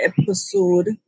episode